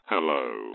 Hello